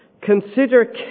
Consider